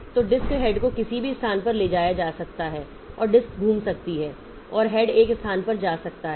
तो disk head को किसी भी स्थान पर ले जाया जा सकता है और डिस्क घूम सकती है और हेड एक स्थान पर जा सकता है